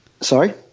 Sorry